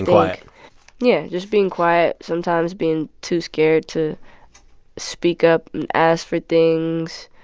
like yeah, just being quiet, sometimes being too scared to speak up and ask for things.